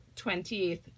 28th